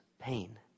pain